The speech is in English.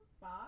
five